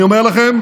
אני אומר לכם,